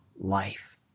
Life